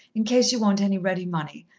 in case you want any ready money.